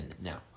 Now